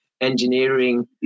engineering